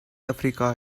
africa